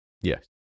Yes